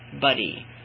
buddy